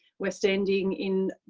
we are standing in